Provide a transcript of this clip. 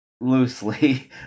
loosely